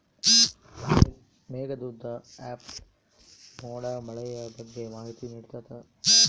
Meghdoot app ಮೋಡ ಮಳೆಯ ಬಗ್ಗೆ ಮಾಹಿತಿ ನಿಡ್ತಾತ